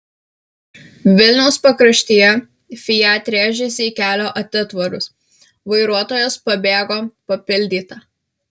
vilniaus pakraštyje fiat rėžėsi į kelio atitvarus vairuotojas pabėgo papildyta